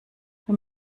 wenn